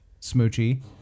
Smoochie